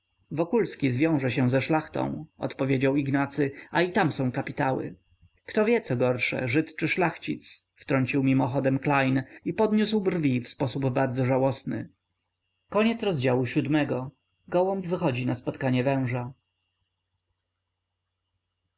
wokulski zwiąże się ze szlachtą odpowiedział ignacy a i tam są kapitały kto wie co gorsze żyd czy szlachcic wtrącił mimochodem klejn i podniósł brwi w sposób bardzo żałosny znalazłszy się na